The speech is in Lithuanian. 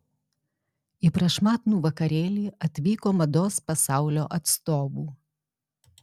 į prašmatnų vakarėlį atvyko mados pasaulio atstovų